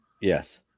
Yes